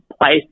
place